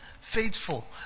faithful